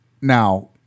Now